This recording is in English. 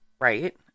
right